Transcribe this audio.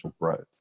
growth